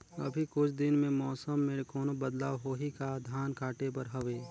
अभी कुछ दिन मे मौसम मे कोनो बदलाव होही का? धान काटे बर हवय?